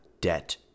debt